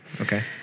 okay